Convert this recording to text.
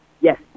Yes